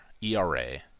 ERA